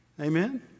Amen